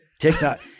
TikTok